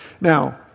Now